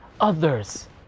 others